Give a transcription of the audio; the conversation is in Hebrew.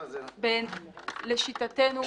לשיטתנו,